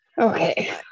Okay